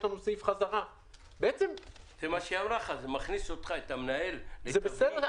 זה נכון שהמנהל הוא בתעלה צרה,